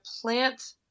plant